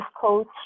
coach